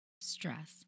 Stress